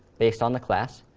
based on the class,